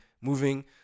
moving